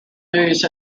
news